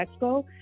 expo